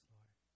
Lord